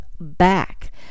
back